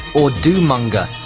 or doom-monger.